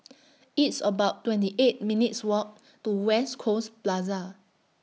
It's about twenty eight minutes' Walk to West Coast Plaza